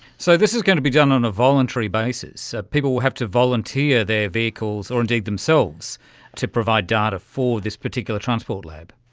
so this is going to be done on a voluntary basis. people will have to volunteer their vehicles or indeed themselves to provide data for this particular transport lab.